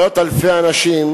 מאות אלפי אנשים